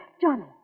Johnny